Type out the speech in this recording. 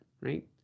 Right